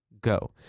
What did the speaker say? Go